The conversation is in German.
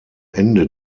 ende